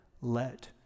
let